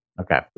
Okay